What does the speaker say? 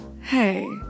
Hey